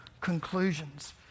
conclusions